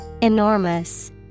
Enormous